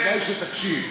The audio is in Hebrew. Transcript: כדאי שתקשיב.